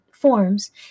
forms